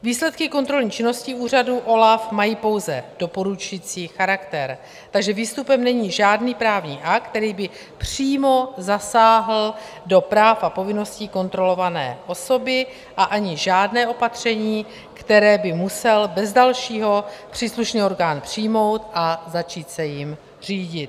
Výsledky kontrolní činnosti úřadu OLAF mají pouze doporučující charakter, takže výstupem není žádný právní akt, který by přímo zasáhl do práv a povinností kontrolované osoby, a ani žádné opatření, které by musel bez dalšího příslušný orgán přijmout a začít se jím řídit.